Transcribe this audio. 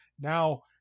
now